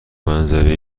منظره